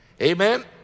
Amen